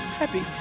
happy